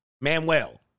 Manuel